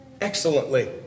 excellently